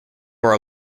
were